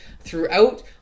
throughout